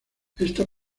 esta